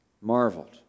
marveled